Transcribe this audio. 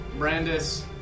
Brandis